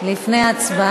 זה בדיוק הפוך למה שאמרת.